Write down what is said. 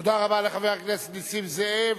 תודה רבה לחבר הכנסת נסים זאב.